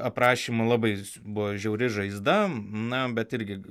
aprašymo labai buvo žiauri žaizda na bet irgi